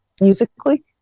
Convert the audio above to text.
musically